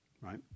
Right